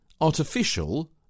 artificial